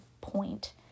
point